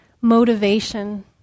motivation